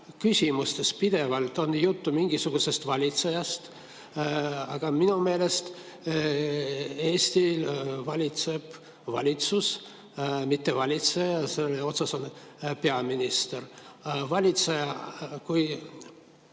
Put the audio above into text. küsimustes on pidevalt juttu mingisugusest valitsejast. Aga minu meelest Eestit valitseb valitsus, mitte valitseja, ja selle eesotsas on peaminister. Valitseja – kui